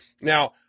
Now